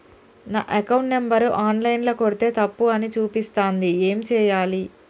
నా account number online ల కొడ్తే తప్పు అని చూపిస్తాంది ఏం చేయాలి?